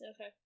Okay